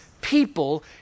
people